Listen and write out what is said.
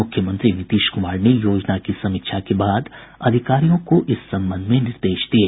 मुख्यमंत्री नीतीश कुमार ने योजना की समीक्षा के बाद अधिकारियों को इस संबंध में निर्देश दिये